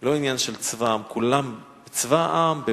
לא עניין של "צבא העם"; "צבא העם" זה